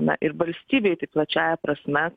na ir valstybei tai plačiąja prasme